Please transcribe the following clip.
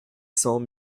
cents